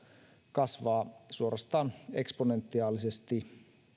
kasvaa suorastaan eksponentiaalisesti